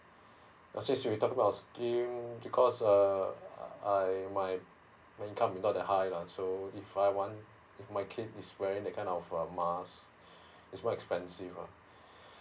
as we talk about scheme because uh uh I my my income is not that high lah so if I want my kid is wearing that kind of um mask it's quite expensive eh